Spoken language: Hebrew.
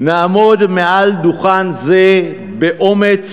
נעמוד מעל דוכן זה באומץ